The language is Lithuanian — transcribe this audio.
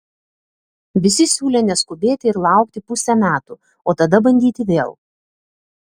visi siūlė neskubėti ir laukti pusė metų o tada bandyti vėl